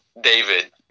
David